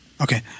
Okay